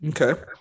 Okay